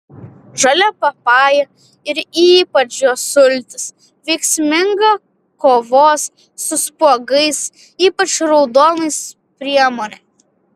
žalia papaja ir ypač jos sultys veiksminga kovos su spuogais ypač raudonais priemonė